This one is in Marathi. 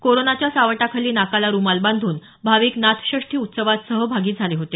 कोरोनाच्या सावटाखाली नाकाला रुमाल बांधून भाविक नाथषष्ठी उत्सवात सहभागी झाले होते